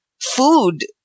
food